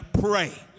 pray